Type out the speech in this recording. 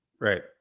Right